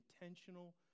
intentional